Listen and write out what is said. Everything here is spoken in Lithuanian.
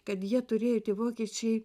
kad jie turėjo tie vokiečiai